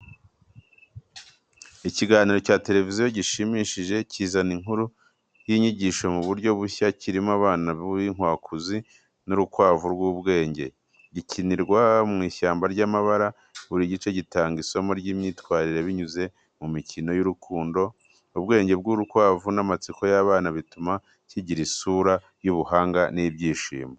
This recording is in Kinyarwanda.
Ikiganiro cya televiziyo gishimishije kizana inkuru y’inyigisho mu buryo bushya, kirimo abana b’inkwakuzi n’urukwavu rw’ubwenge. Gikinirwa mu ishyamba ry’amabara, buri gice gitanga isomo ry’imyitwarire binyuze mu mikino y’urukundo. Ubwenge bw’urukwavu n’amatsiko y’abana bituma kigira isura y’ubuhanga n’ibyishimo.